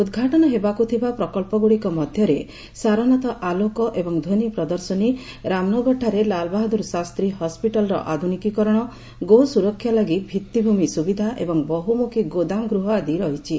ଉଦ୍ଘାଟନ ହେବାକୁ ଥିବା ପ୍ରକଳ୍ପଗୁଡ଼ିକ ମଧ୍ୟରେ ସାରନାଥ ଆଲୋକ ଏବଂ ଧ୍ୱନି ପ୍ରଦଶର୍ନୀ ରାମନଗରଠାରେ ଲାଲ୍ବାହାଦୁର ଶାସ୍ତ୍ରୀ ହସ୍କିଟାଲ୍ର ଆଧୁନିକୀକରଣ ଗୋ ସୁରକ୍ଷା ଲାଗି ଭିଭିଭୂମି ସୁବିଦା ଏବଂ ବହୁମୁଖୀ ଗୋଦାମ ଗୃହ ଆଦି ରହିଛି